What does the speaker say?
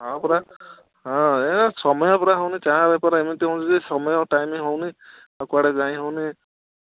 ହଁ ପରା ହଁ ଏ ସମୟ ପରା ହେଉନି ଚା' ବେପାର ଏମିତି ହେଉଛି ଯେ ସମୟ ଟାଇମ୍ ହେଉନି କୁଆଡ଼େ ଯାଇଁ ହେଉନି